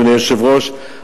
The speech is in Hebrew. אדוני היושב-ראש,